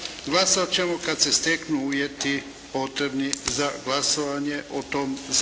Glasat ćemo kad se steknu uvjeti potrebni za glasovanje o tom zakonu.